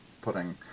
putting